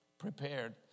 Prepared